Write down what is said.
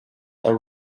are